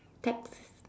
text